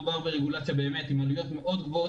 מדובר ברגולציה עם עלויות מאוד גבוהות,